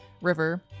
river